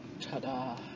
Ta-da